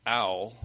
owl